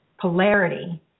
polarity